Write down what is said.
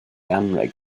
anrheg